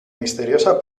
misteriosa